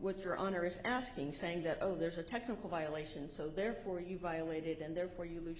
what your honor is asking saying that oh there's a technical violation so therefore you violated and therefore you lose